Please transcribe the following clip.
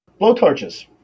Blowtorches